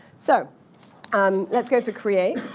so um let's go for create.